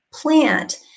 plant